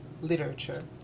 literature